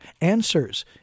answers